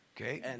Okay